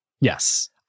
Yes